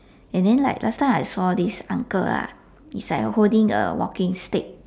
and then like last time I saw this uncle lah he's like holding a walking stick